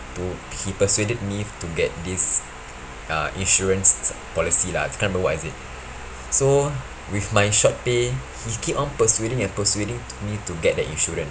to he persuaded me to get this uh insurance policy lah can't remember what is it so with my short pay he keep on persuading and persuading to me to get the insurance